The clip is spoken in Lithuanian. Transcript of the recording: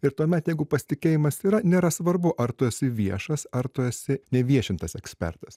ir tuomet jeigu pasitikėjimas yra nėra svarbu ar tu esi viešas ar tu esi neviešintas ekspertas